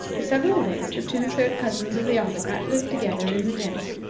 for several days the two third cousins of the autocrat lived together in the tent,